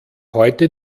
heute